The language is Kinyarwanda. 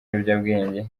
ibiyobyabwenge